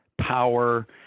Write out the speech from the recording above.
power